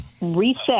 reset